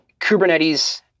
Kubernetes